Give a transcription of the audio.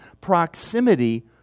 proximity